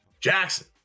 Jackson